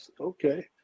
Okay